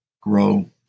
grow